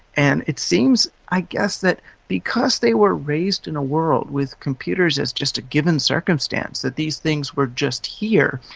and it seems i guess that because they were raised in a world with computers as just a given circumstance, that these things were just here,